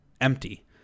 empty